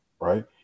right